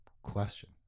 question